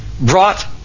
brought